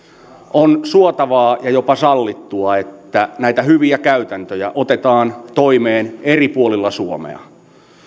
on suotavaa ja jopa sallittua että näitä hyviä käytäntöjä otetaan toimeen eri puolilla suomea